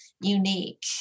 unique